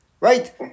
Right